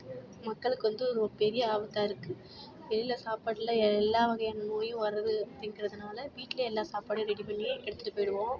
மக்களுக்கு வந்து ஒரு பெரிய ஆபத்தாக இருக்குது வெளியில சாப்பாடெலாம் எல்லா வகையான நோயும் வர்றது அப்படிங்கறதுனால வீட்டிலையே எல்லா சாப்பாடும் ரெடி பண்ணி எடுத்துகிட்டுப் போயிடுவோம்